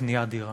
לקניית דירה.